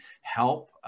help